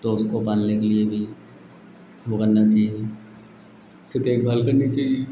तो उसको पालने के लिए भी वह करना चाहिए उसकी देखभाल करनी चाहिए